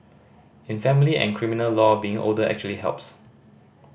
in family and criminal law being older actually helps